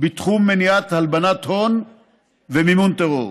בתחום מניעת הלבנת הון ומימון טרור.